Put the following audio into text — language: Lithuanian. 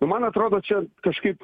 nu man atrodo čia kažkaip